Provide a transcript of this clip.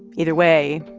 either way,